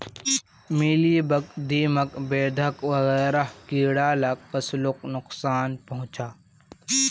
mealybug, दीमक, बेधक वगैरह कीड़ा ला फस्लोक नुक्सान पहुंचाः